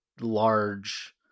large